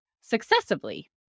successively